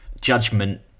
judgment